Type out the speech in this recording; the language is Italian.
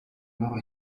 loro